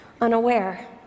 unaware